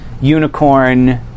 unicorn